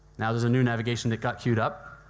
now, there's a new navigation that got cued up,